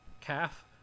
Calf